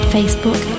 Facebook